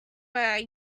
were